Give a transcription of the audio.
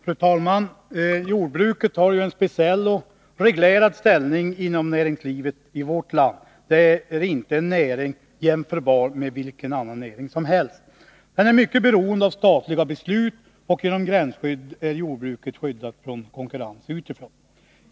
Fru talman! Jordbruket har en speciell och reglerad ställning inom näringslivet i vårt land. Det är inte en näring jämförbar med vilken annan näring som helst. Den är mycket beroende av statliga beslut, och genom gränsskydd är den skyddad från konkurrens utifrån.